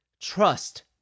Trust